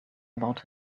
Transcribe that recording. about